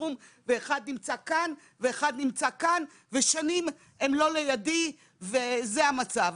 הספקטרום אחד נמצא כאן ואחד נמצא כאן ושנים הם לא לידי וזה המצב.